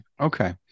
okay